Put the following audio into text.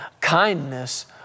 kindness